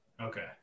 okay